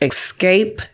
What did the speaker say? Escape